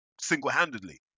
single-handedly